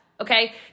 Okay